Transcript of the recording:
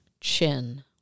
chin